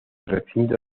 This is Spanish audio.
recinto